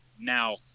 now